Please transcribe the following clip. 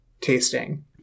tasting